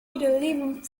living